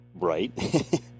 Right